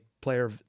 player